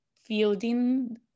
fielding